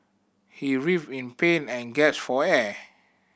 he writhed in pain and gasped for air